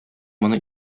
моны